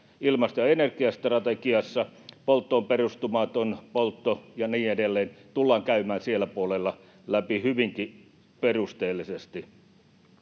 ilmasto- ja energiastrategiassa. Polttoon perustumaton poltto ja niin edelleen tullaan käymään sillä puolella läpi hyvinkin perusteellisesti.